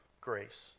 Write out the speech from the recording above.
grace